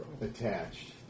attached